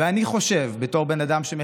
ואני מודאג ממנו, אני